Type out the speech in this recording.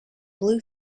blue